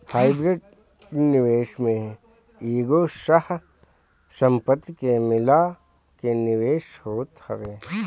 hybrid निवेश में कईगो सह संपत्ति के मिला के निवेश होत हवे